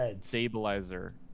stabilizer